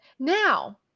Now